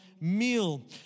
meal